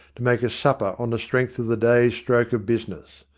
to make a supper on the strength of the day's stroke of business.